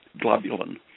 globulin